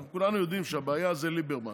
כולנו יודעים שהבעיה זה ליברמן.